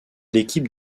l’équipe